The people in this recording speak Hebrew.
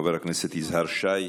חבר הכנסת יזהר שי,